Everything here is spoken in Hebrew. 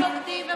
הם בוגדים,